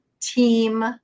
team